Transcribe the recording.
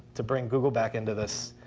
to bring google back into this,